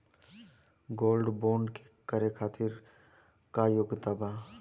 Gold bond करे खातिर का योग्यता बा?